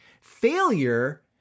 Failure